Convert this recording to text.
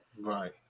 Right